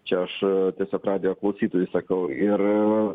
čia aš tiesiog radijo klausytojui sakau ir